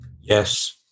Yes